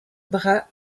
bruns